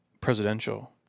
presidential